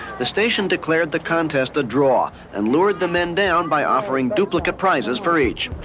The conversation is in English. the station declared the contest a draw and lured the men down by offering duplicate prizes for each.